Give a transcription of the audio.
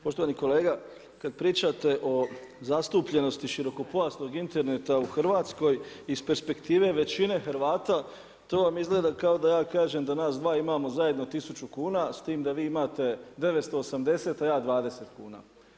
Poštovani kolega, kad pričate o zastupljenosti širokopojasnog interneta u Hrvatskoj, iz perspektive većine Hrvata, to vam izgleda kao da ja kažem da nas dva imamo zajedno 1000 kuna, s tim da vi imate 980, a ja 20 kuna.